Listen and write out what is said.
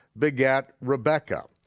begat rebekah.